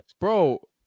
Bro